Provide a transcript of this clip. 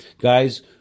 Guys